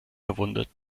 verwundert